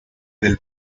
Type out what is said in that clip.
del